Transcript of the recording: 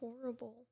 horrible